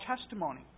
testimony